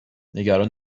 نگران